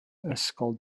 ysgol